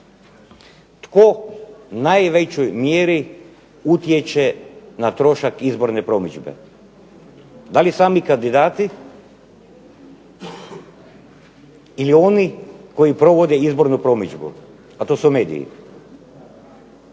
tko u najvećoj mjeri utječe na trošak izborne promidžbe, da li sami kandidati ili oni koji provode izbornu promidžbu, a to su mediji.